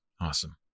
Awesome